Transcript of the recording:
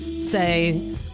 say